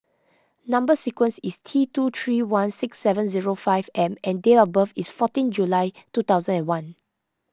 Number Sequence is T two three one six seven zero five M and date of birth is fourteen July two thousand and one